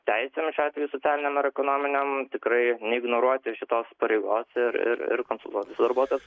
teisėm šiuo atveju socialinėm ar ekonominėm tikrai neignoruoti šitos pareigos ir ir konsultuotis su darbuotojais